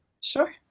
Sure